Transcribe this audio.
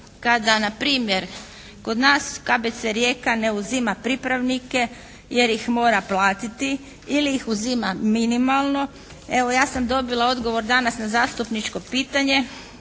kada na primjer kod nas KBC Rijeka ne uzima pripravnike jer ih mora platiti ili ih uzima minimalno. Evo ja sam dobila odgovor danas na zastupničko pitanje